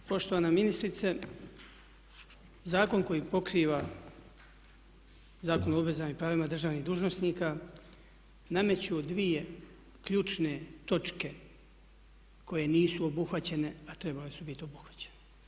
Poštovana ministrice, zakon koji pokriva, Zakon o obvezama i pravima državnih dužnosnika nameću dvije ključne točke koje nisu obuhvaćene a trebale su biti obuhvaćene.